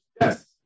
Yes